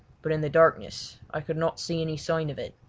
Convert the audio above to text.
but in the darkness i could not see any sign of it,